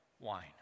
wine